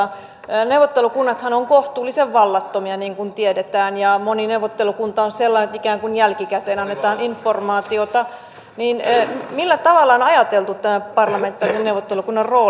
neuvottelukunnathan ovat kohtuullisen vallattomia niin kuin tiedetään ja moni neuvottelukunta on sellainen että ikään kuin jälkikäteen annetaan informaatiota joten millä tavalla on ajateltu tämän parlamentaarisen neuvottelukunnan rooli